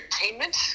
entertainment